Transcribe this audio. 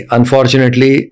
Unfortunately